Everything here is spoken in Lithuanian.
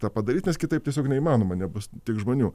tą padaryt nes kitaip tiesiog neįmanoma nebus tik žmonių